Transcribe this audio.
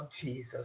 Jesus